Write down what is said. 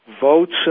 votes